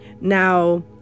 now